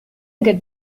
get